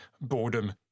boredom